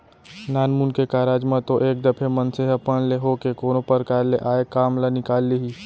नानमुन के कारज म तो एक दफे मनसे ह अपन ले होके कोनो परकार ले आय काम ल निकाल लिही